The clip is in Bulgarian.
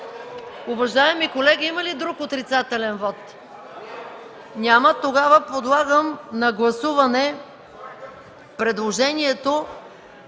Уважаеми колеги, има ли друг отрицателен вот? Няма. Тогава подлагам на гласуване предложението